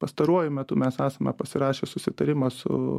pastaruoju metu mes esame pasirašę susitarimą su